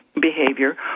behavior